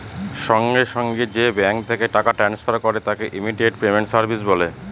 সঙ্গে সঙ্গে যে ব্যাঙ্ক থেকে টাকা ট্রান্সফার করে তাকে ইমিডিয়েট পেমেন্ট সার্ভিস বলে